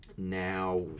now